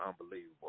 unbelievable